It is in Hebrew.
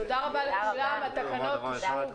תודה רבה לכולם, התקנות אושרו.